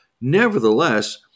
Nevertheless